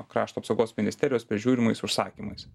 krašto apsaugos ministerijos prižiūrimais užsakymais